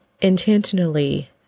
intentionally